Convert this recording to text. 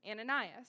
Ananias